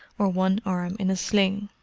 or one arm in a sling.